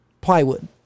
plywood